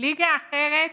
ליגה אחרת